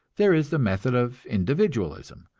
there is the method of individualism.